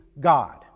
God